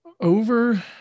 Over